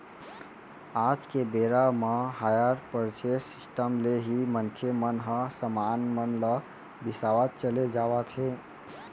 आज के बेरा म हायर परचेंस सिस्टम ले ही मनखे मन ह समान मन ल बिसावत चले जावत हे